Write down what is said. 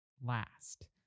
last